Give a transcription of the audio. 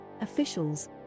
officials